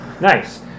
Nice